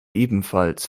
ebenfalls